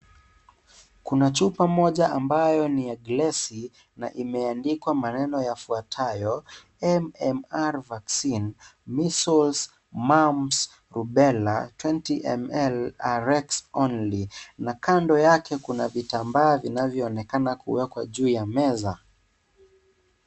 Kuna chupa moja ambaypo ni ya glesi na imeandikwa maneno yafuatayo, MMR vaccine. measles, mumps rubella 20ml arex only na kando yake kuna vitambaa vinavyoonekana kuwekwa juu ya meza.